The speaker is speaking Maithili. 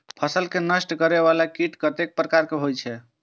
फसल के नष्ट करें वाला कीट कतेक प्रकार के होई छै?